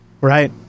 Right